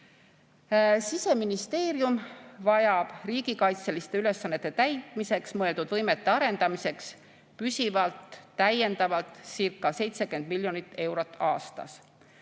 Siseministeerium vajab riigikaitseliste ülesannete täitmiseks mõeldud võimete arendamiseks püsivalt täiendavaltcirca70 miljonit eurot aastas.